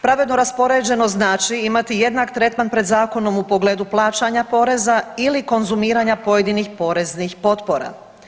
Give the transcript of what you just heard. Pravedno raspoređeno znači imati jednak tretman pred zakonom u pogledu plaćanja poreza ili konzumiranja pojedinih poreznih potpora.